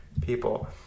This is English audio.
people